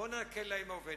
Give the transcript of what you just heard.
בואו נקל על האם העובדת.